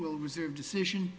will reserve decision